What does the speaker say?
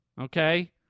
okay